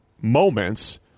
moments